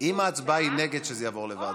אם ההצבעה היא נגד שזה יעבור לוועדה?